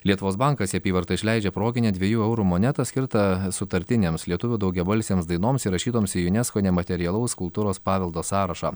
lietuvos bankas į apyvartą išleidžia proginę dviejų eurų monetą skirtą sutartinėms lietuvių daugiabalsėms dainoms įrašytoms į junesko nematerialaus kultūros paveldo sąrašą